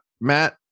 matt